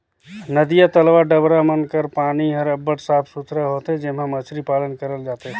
नदिया, तलवा, डबरा मन कर पानी हर अब्बड़ साफ सुथरा होथे जेम्हां मछरी पालन करल जाथे